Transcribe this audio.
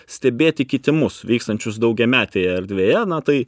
stebėti kitimus vykstančius daugiametėje erdvėje na tai